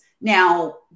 Now